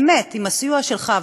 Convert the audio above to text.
באמת עם הסיוע שלך,